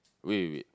wait wait wait